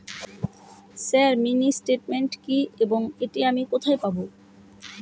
Sir mini statement কি এবং এটি আমি কোথায় পাবো?